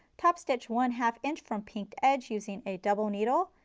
top stitch one have inched from pinked edge using a double needle,